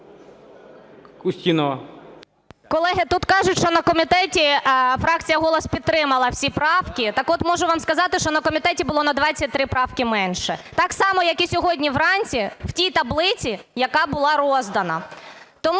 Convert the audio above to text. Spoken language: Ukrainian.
Колеги, тут кажуть, що на комітеті фракція "Голос" підтримала всі правки. Так от, можу вам сказати, що на комітеті було на 23 правки менше так само як і сьогодні вранці в тій таблиці, яка була роздана.